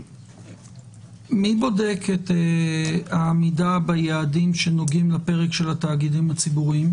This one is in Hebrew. מי בודק את העמידה ביעדים שנוגעים לפרק של התאגידים הציבוריים?